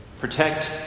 protect